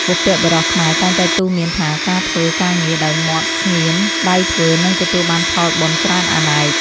បុព្វបុរសខ្មែរតែងតែទូន្មានថាការធ្វើការងារដោយមាត់ស្ងៀមដៃធ្វើនឹងទទួលបានផលបុណ្យច្រើនអនេក។